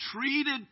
treated